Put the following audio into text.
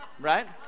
right